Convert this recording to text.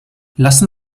lassen